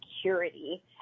Security